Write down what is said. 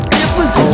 difference